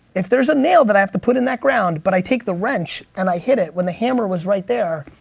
if there's a nail that i have to put in the ground but i take the wrench and i hit it when the hammer was right there,